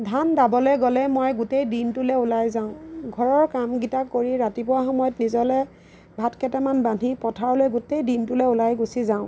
ধান দাবলৈ গ'লে মই গোটেই দিনটোলৈ ওলাই যাওঁ ঘৰৰ কামকেইটা কৰি ৰাতিপুৱা সময়ত নিজলৈ ভাত কেইটামান বান্ধি পথাৰলৈ গোটেই দিনটোলৈ ওলাই গুছি যাওঁ